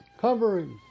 Covering